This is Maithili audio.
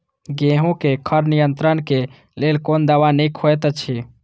गेहूँ क खर नियंत्रण क लेल कोन दवा निक होयत अछि?